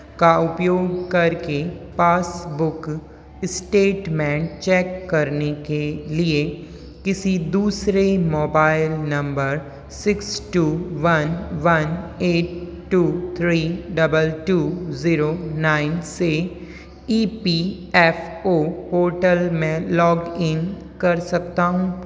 का उपयोग करके पासबुक इस्टेटमैंट चैक करने के लिए किसी दूसरे mobile number six two one one eight two three double two zero nine से E P F O portal में लाॅग इन कर सकता हूँ